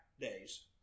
days